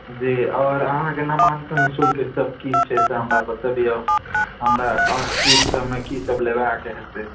जी और अहाँके नामांकन शुल्कसब की छै से हमरा बतेबियौ हमरा और किट सबमे किसब लेबाके हेतै